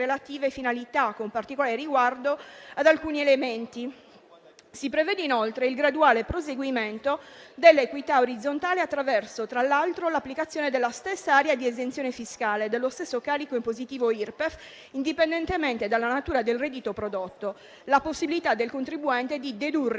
relative finalità, con particolare riguardo ad alcuni elementi. Si prevede inoltre il graduale proseguimento dell'equità orizzontale attraverso, tra l'altro: l'applicazione della stessa area di esenzione fiscale e dello stesso carico impositivo Irpef, indipendentemente dalla natura del reddito prodotto e la possibilità del contribuente di dedurre